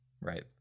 Right